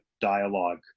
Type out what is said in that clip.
dialogue